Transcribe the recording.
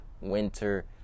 winter